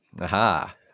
aha